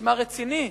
נשמע רציני,